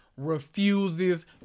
refuses